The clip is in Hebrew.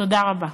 תודה רבה.